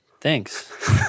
Thanks